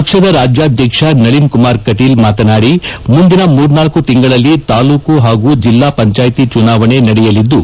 ಪಕ್ಷದ ರಾಜ್ಯಾಧ್ಯಕ್ಷ ನಳಿನ್ಕುಮಾರ್ ಕುಮಾರ್ ಕಟೀಲ್ ಮಾತನಾಡಿ ಮುಂದಿನ ಮುರ್ನಾಲ್ಕು ತಿಂಗಳಲ್ಲಿ ತಾಲ್ಲೂಕು ಹಾಗೂ ಜಿಲ್ಲಾ ಪಂಚಾಯತಿ ಚುನಾವಣೆ ನಡೆಯಲಿದ್ದು